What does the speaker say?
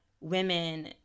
women